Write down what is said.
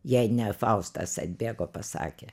jei ne faustas atbėgo pasakė